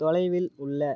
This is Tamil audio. தொலைவில் உள்ள